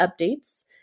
updates